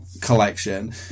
collection